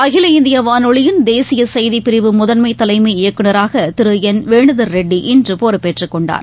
அகில இந்தியவானொலியின் தேசியசெய்திப் பிரிவு முதன்மைதலைமை இயக்குநராகதிருஎன் வேனுதர் ரெட்டி இன்றபொறுப்பேற்றுக் கொண்டார்